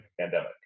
pandemic